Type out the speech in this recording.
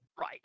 Right